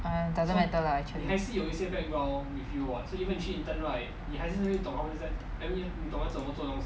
um doesn't matter lah actually